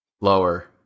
lower